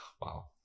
Wow